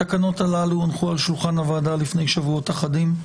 התקנות הללו הונחו על שולחן הוועדה לפני שבועות אחדים.